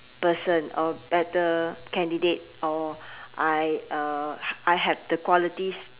person or better candidate or I uh I have the qualities